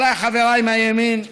אולי חבריי מהימין,